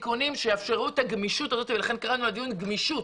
תיקונים שיאפשרו את הגמישות הזאת ולכן קראנו לדיון גמישות.